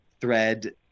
thread